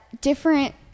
different